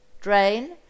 drain